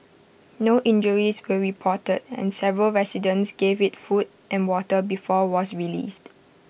no injuries were reported and several residents gave IT food and water before was released